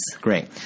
Great